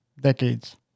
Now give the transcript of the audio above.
decades